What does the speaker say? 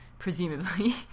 presumably